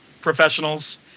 professionals